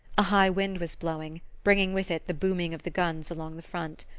a high wind was blowing, bringing with it the booming of the guns along the front.